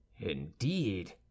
indeed